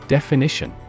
Definition